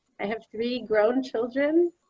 i have three grown children,